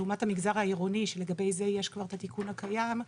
לעומת המגזר העירוני שלגבי זה יש כבר את התיקון הקיים,